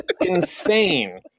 insane